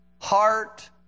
heart